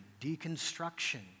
deconstruction